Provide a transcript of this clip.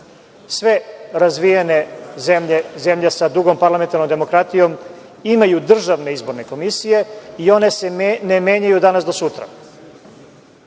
zemlje, zemlje sa dugom parlamentarnom demokratijom imaju državne izborne komisije i one se ne menjaju od danas do sutra.